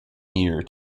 year